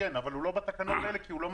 אבל הוא לא בתקנות האלה כי הוא לא מעגנה.